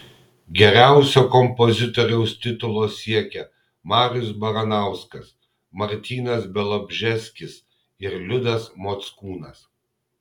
geriausio kompozitoriaus titulo siekia marius baranauskas martynas bialobžeskis ir liudas mockūnas